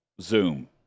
Zoom